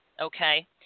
Okay